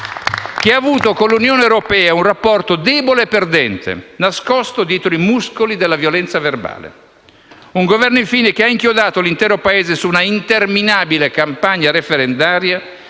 che ha avuto con l'Unione europea un rapporto debole e perdente, nascosto dietro i muscoli della violenza verbale. Un Governo, infine, che ha inchiodato l'intero Paese su una interminabile campagna referendaria,